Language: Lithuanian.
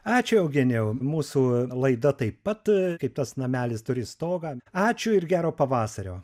ačiū eugenijau mūsų laida taip pat kaip tas namelis turi stogą ačiū ir gero pavasario